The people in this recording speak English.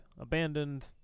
abandoned